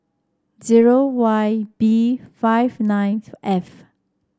zero Y B five nine F